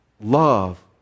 Love